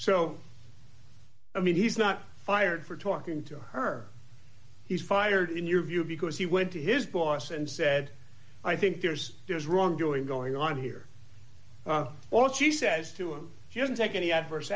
so i mean he's not fired for talking to her he's fired in your view because he went to his boss and said i think there's there's wrongdoing going on here or she says to him she doesn't take any adverse